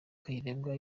kayirebwa